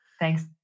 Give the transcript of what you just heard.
Thanks